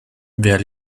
wer